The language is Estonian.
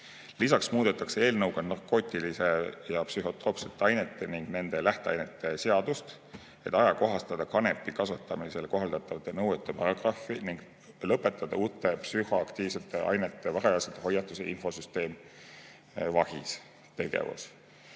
kaudu. Lisaks muudetakse eelnõuga narkootiliste ja psühhotroopsete ainete ning nende lähteainete seadust, et ajakohastada kanepi kasvatamisel kohaldatavate nõuete paragrahvi ning lõpetada uute psühhoaktiivsete ainete varajase hoiatuse infosüsteemi VAHIS tegevus.